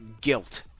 guilt